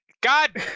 God